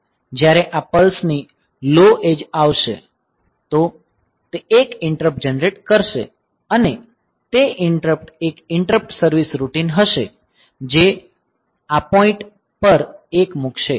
જ્યારે આ પલ્સ ની લો એડ્જ આવશે તો તે એક ઈંટરપ્ટ જનરેટ કરશે અને તે ઈંટરપ્ટ એક ઈંટરપ્ટ સર્વીસ રૂટિન હશે જે આ પોઈન્ટ પર 1 મૂકશે